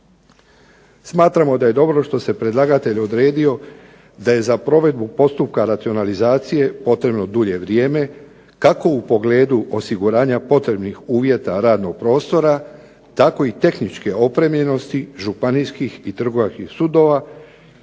Smatramo da je dobro što se predlagatelj odredio da je za provedbu postupka racionalizacije potrebno dulje vrijeme, kako u pogledu osiguranja potrebnih uvjeta radnog prostora, tako i tehničke opremljenosti županijskih i trgovačkih sudova